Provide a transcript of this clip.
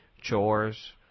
chores